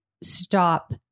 stop